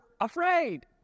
afraid